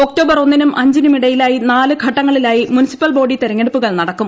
October ഒന്നിനും അഞ്ചിനും ഇടയിലായി നാല് ഘട്ടങ്ങളിലായി മുൻസിപ്പൽ ബോഡി തെരഞ്ഞെടുപ്പുകൾ നടക്കും